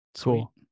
Cool